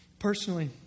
Personally